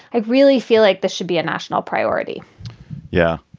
i really feel like this should be a national priority yeah,